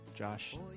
Josh